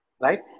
right